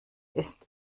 ist